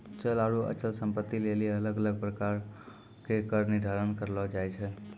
चल आरु अचल संपत्ति लेली अलग अलग प्रकारो के कर निर्धारण करलो जाय छै